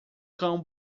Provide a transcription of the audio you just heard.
cão